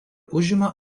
užima